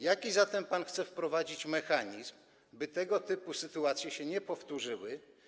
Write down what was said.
Jaki zatem chce wprowadzić pan mechanizm, by tego typu sytuacje się nie powtórzyły?